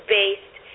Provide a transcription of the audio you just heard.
based